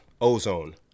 ozone